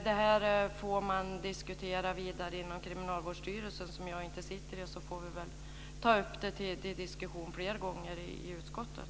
Detta får man diskutera vidare inom Kriminalvårdsstyrelsen, som jag inte sitter i, och så får vi ta upp det till diskussion fler gånger i utskottet.